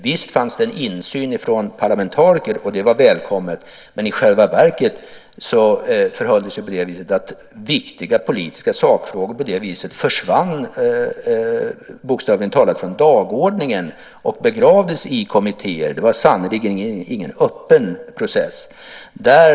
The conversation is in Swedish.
Visst fanns det en insyn från parlamentariker, och det var välkommet, men i själva verket förhöll det sig på det viset att viktiga politiska sakfrågor bokstavligt talat försvann från dagordningen och begravdes i kommittér. Det var sannerligen ingen öppen process.